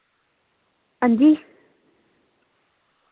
हां जी